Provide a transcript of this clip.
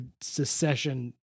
secession